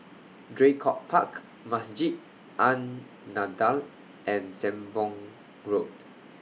Draycott Park Masjid An Nahdhah and Sembong Road